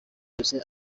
yose